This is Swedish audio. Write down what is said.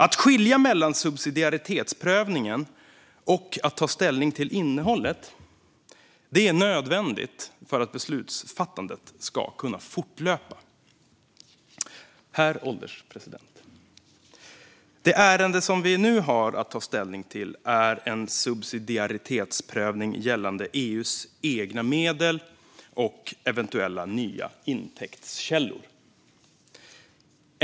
Att skilja mellan subsidiaritetsprövningen och att ta ställning till innehållet är nödvändigt för att beslutsfattandet ska kunna fortlöpa. Herr ålderspresident! Det ärende som vi nu har att ta ställning till är en subsidiaritetsprövning gällande EU:s egna medel och eventuella nya intäktskällor.